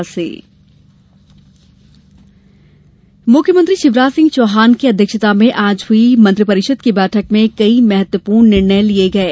cabinet बैठक मुख्यमंत्री शिवराज सिंह चौहान की अध्यक्षता में आज हुई मंत्रिपरिषद की बैठक में कई महत्वपूर्ण निर्णय लिये गये